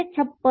656